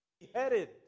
Beheaded